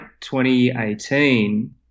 2018